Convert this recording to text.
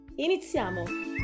Iniziamo